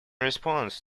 response